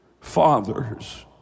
fathers